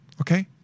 okay